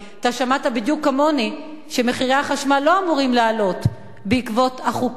אתה שמעת בדיוק כמוני שמחירי החשמל לא אמורים לעלות בעקבות החוקים